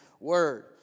word